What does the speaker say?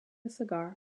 cigar